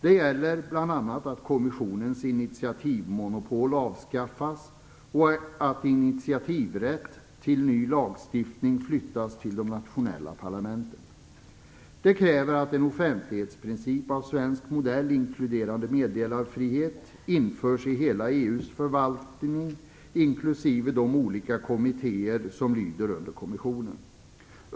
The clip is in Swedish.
Det gäller bl.a. att kommissionens initiativmonopol avskaffas och att initiativrätt till ny lagstiftning flyttas till de nationella parlamenten. Det kräver att en offentlighetsprincip av svensk modell inkluderande meddelarfrihet införs i hela EU:s förvaltning och i de olika kommittéer som lyder under kommissionen.